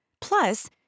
Plus